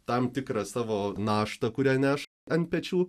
tam tikrą savo naštą kurią neš ant pečių